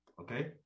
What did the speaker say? okay